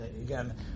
again